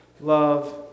love